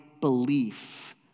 belief